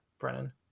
Brennan